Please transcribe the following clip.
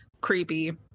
creepy